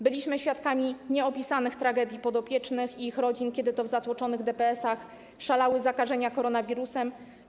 Byliśmy świadkami nieopisanych tragedii podopiecznych i ich rodzin, kiedy to w zatłoczonych DPS-ach szalały zakażenia koronawirusem.